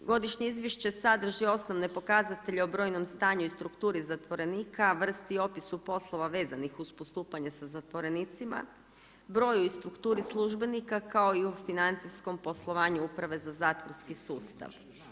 Godišnje izvješće sadrži osnove pokazatelje o brojnom stanju i strukturi zatvorenika, vrsti i opisu poslova vezanih uz postupanje sa zatvorenicima, broju i strukturi službenika kao i u financijskom poslovanju Uprave za zatvorski sustav.